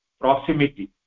proximity